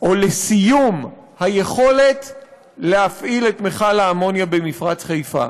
או לסיום היכולת להפעיל את מכל האמוניה במפרץ חיפה,